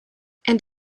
and